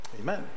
amen